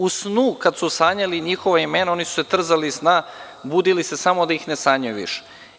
U snu, kada su sanjali njihova imena, oni su se trzali iz sna, budili se, samo da ih ne sanjaju više.